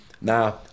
now